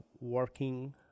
working